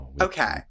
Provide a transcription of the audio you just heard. Okay